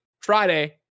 friday